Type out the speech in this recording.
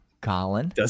Colin